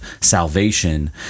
salvation